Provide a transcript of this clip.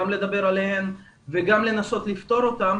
גם לדבר עליהן וגם לנסות לפתור אותן